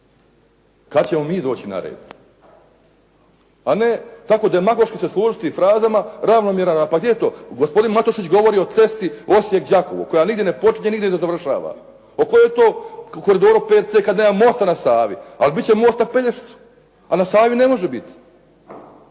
Kada ćemo mi doći na red? A ne tako demagoški se služiti frazama … /Govornik se ne razumije./ … gospodin Matušić govori o cesti Osijek-Đakovo koja nigdje ne počinje nigdje ne završava. O kojem to koridoru 5C kada nema mosta na Savi, ali bit će most na Pelješcu. Ali na Savi ne može biti.